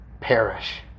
perish